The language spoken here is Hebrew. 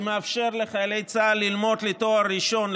שמאפשרת לחיילי צה"ל ללמוד לתואר ראשון,